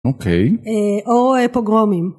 - אוקיי - או פוגרומים